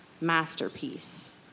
masterpiece